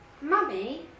Mummy